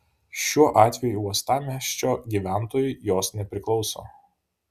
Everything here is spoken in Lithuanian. šiuo atveju uostamiesčio gyventojui jos nepriklauso